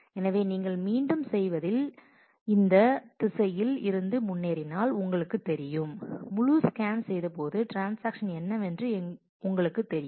எனவே நீங்கள் மீண்டும் செய்வதில் இந்த திசையில் இருந்து முன்னேறினால் உங்களுக்குத் தெரியும் முழு ஸ்கேன் செய்தபோது ட்ரான்ஸாக்ஷன் என்னவென்று உங்களுக்குத் தெரியும்